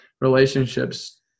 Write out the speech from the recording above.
relationships